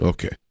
Okay